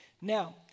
Now